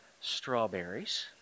strawberries